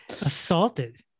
assaulted